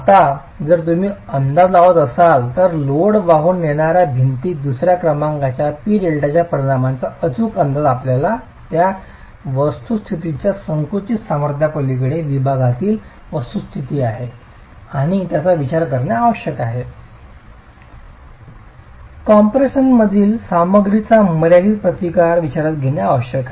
आता जर तुम्ही अंदाज लावत असाल तर लोड वाहून नेणाऱ्या भिंतीत दुसर्या क्रमांकाचा पी डेल्टाच्या परिणामाचा अचूक अंदाज आपल्याला त्या वस्तुस्थितीच्या संकुचित सामर्थ्यापलीकडे विभागातील वस्तूस्थिती आहे आणि यावर विचार करणे आवश्यक आहे कॉम्प्रेशनमधील सामग्रीचा मर्यादित प्रतिकार विचारात घेणे आवश्यक आहे